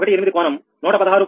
18 కోణం 116